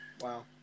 Wow